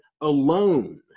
alone